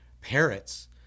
Parrots